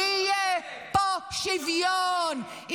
יהיה פה שוויון.